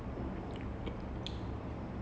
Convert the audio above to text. I don't know is the way they cook it I think